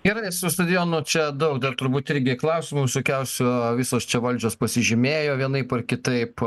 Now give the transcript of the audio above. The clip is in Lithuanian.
gerai su stadionu čia daug dar turbūt irgi klausimų visokiausių a visos čia valdžios pasižymėjo vienaip ar kitaip